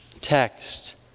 text